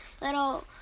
little